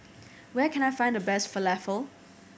where can I find the best Falafel